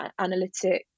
analytics